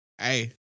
Hey